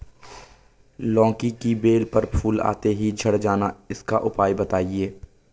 लौकी की बेल पर फूल आते ही झड़ जाना इसका उपाय बताएं?